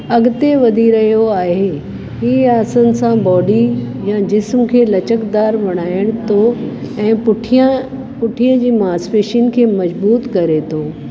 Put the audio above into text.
अॻिते वधी रहियो आहे हीअ आसन सां बॉडी या जिस्म खे लचकदार बणाइण थो ऐं पुठियां पुठीअ जे मांसपेशियुनि खे मजबूत करे थो